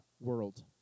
world